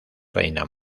reina